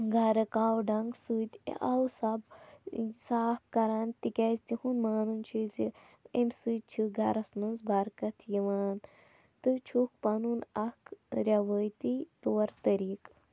گَرٕ کَو ڈَنٛگ سۭتۍ اوٕ سبہٕ صاف کَران تِکیٛازِ تِہُنٛد مانُن چھِ زِ امہِ سۭتۍ چھِ گَرَس منٛز برکَت یِوان تہٕ چھُکھ پَنُن اَکھ روٲیتی طور طریٖقہٕ